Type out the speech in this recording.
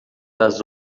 das